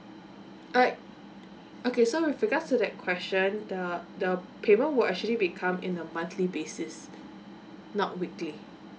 alright okay so with regards to that question the the payment will actually become in a monthly basis not weekly